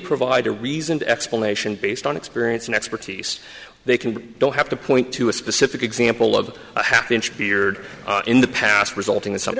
provide a reasoned explanation based on experience and expertise they can don't have to point to a specific example of a half inch beard in the past resulting in some